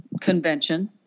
convention